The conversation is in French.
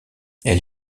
elle